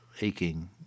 aching